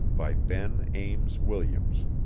by ben ames williams